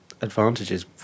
advantages